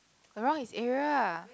around his area ah